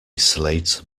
slate